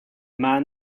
man